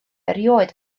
erioed